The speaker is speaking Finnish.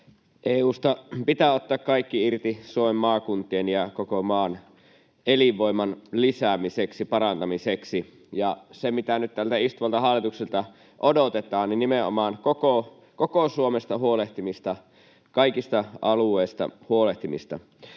EU:sta pitää ottaa kaikki irti Suomen maakuntien ja koko maan elinvoiman lisäämiseksi ja parantamiseksi, ja se, mitä nyt tältä istuvalta hallitukselta odotetaan, on nimenomaan koko Suomesta huolehtimista, kaikista alueista huolehtimista.